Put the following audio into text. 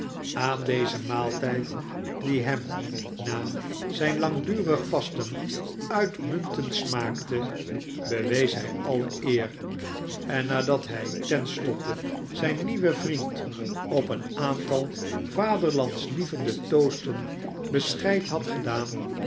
aan dezen maaltijd die hem na zijn langdurig vasten uitmuntend smaakte bewees hij alle eer en nadat hij ten slotte zijn nieuwen vriend op een aantal vaderlandslievende toasten bescheid had gedaan